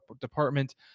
department